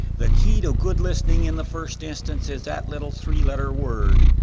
the key to good listening in the first instance is that little three-letter word,